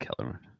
Kellerman